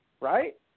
right